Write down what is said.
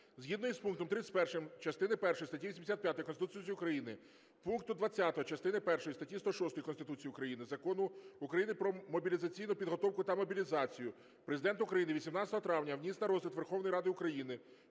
Згідно із пунктом 31 частини першої статті 85 Конституції України, пункту 20 частини першої статті 106 Конституції України, Закону України "Про мобілізаційну підготовку та мобілізацію" Президент України 18 травня вніс на розгляд Верховної Ради України